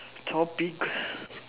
topic